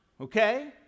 okay